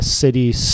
city